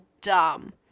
dumb